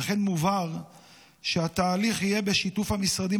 וכן מובהר שהתהליך יהיה בשיתוף המשרדים